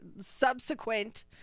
subsequent